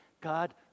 God